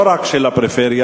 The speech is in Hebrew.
לא רק של הפריפריה,